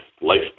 life